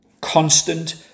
Constant